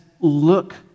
look